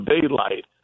daylight